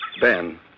Ben